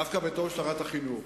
דווקא בתור שרת החינוך.